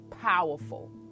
Powerful